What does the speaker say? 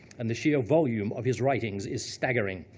and the sheer volume of his writings is staggering,